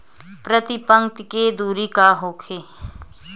प्रति पंक्ति के दूरी का होखे?